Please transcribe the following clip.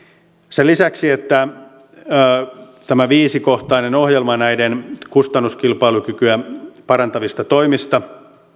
sen lisäksi että tämä viisikohtainen ohjelma kustannuskilpailukykyä parantavista toimista